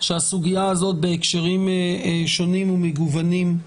שהסוגיה הזאת, בהקשרים שונים ומגוונים,